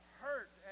hurt